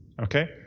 Okay